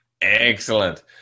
Excellent